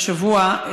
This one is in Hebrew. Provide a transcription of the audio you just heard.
השבוע,